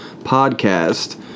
podcast